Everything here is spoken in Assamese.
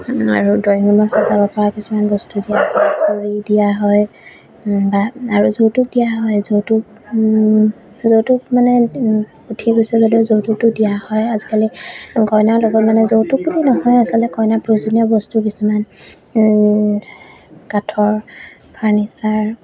আৰু ড্ৰয়িং ৰুমত সজাব পৰা কিছুমান বস্তু দিয়া হয় ঘড়ী দিয়া হয় বা আৰু যৌতুক দিয়া হয় যৌতুক যৌতুক মানে উঠি গৈছে যদিও যৌতুকটো দিয়া হয় আজিকালি কইনাৰ লগত মানে যৌতুক বুলি নহয় আচলতে কইনাৰ প্ৰয়োজনীয় বস্তু কিছুমান কাঠৰ ফাৰ্নিচাৰ